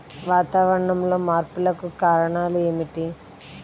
వాతావరణంలో మార్పులకు కారణాలు ఏమిటి?